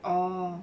oh